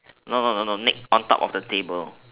no no no no next on top of the table